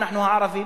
אנחנו הערבים.